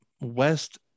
West